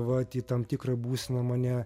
vat į tam tikrą būseną mane